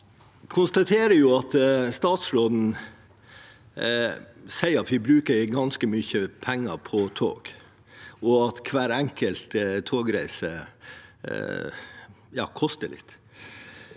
Jeg konstaterer at statsråden sier at vi bruker ganske mye penger på tog, og at hver enkelt togreise koster litt.